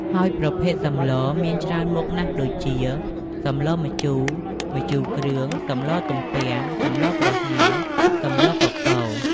ហើយប្រភេទសម្លរមានច្រើនមុខណាស់ ដូចជា សម្លរម្ជូរ ម្ជូរគ្រឿង សម្លរទំពាំង សម្លរប្រហើរ សម្លរកកូរ។